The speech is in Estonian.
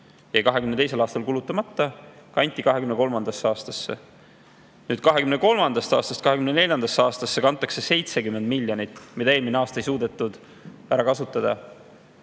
2022. aastal kulutamata. Nüüd, 2023. aastast 2024. aastasse kantakse 70 miljonit, mida eelmine aasta ei suudetud ära kasutada.